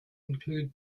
include